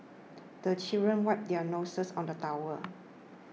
the children wipe their noses on the towel